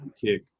kick